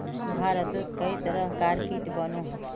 भारतोत कई तरह कार कीट बनोह